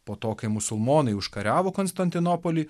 po to kai musulmonai užkariavo konstantinopolį